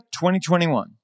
2021